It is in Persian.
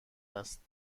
است